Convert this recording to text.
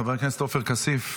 חבר הכנסת עופר כסיף,